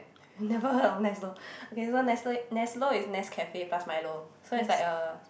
you've never heard of Neslo okay so Neslo Neslo is Nescafe plus Milo so is like a